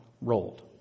rolled